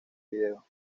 video